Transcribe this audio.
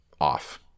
off